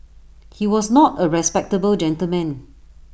he was not A respectable gentleman